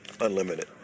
Unlimited